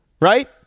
Right